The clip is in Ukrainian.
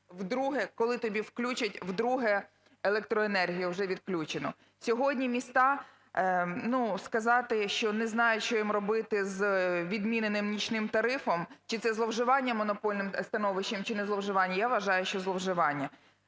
коли тобі включать вдруге електроенергію вже відключену. Сьогодні міста, сказати, що не знають, що їм робити з відміненим нічним тарифом, чи це зловживання монопольним становищем, чи не зловживання. Я вважаю, що зловживання.